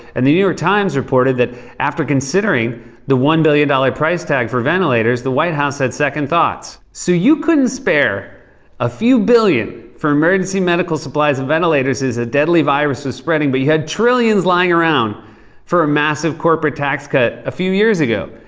and the new york times reported that after considering the one billion dollars price tag for ventilators, the white house had second thoughts. so you couldn't spare a few billion for emergency medical supplies and ventilators as a deadly virus was spreading, but you had trillions lying around for a massive corporate tax cut a few years ago?